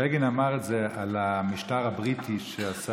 בגין אמר את זה על המשטר הבריטי שעשה